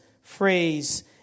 phrase